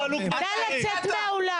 נא לצאת מהאולם.